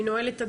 אני נועלת,